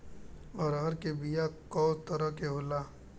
अरहर के बिया कौ तरह के होला?